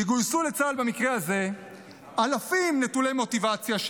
יגויסו לצה"ל במקרה הזה אלפים נטולי מוטיבציה,